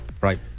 Right